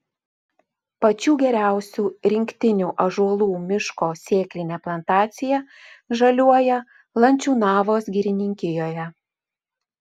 pačių geriausių rinktinių ąžuolų miško sėklinė plantacija žaliuoja lančiūnavos girininkijoje